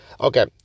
Okay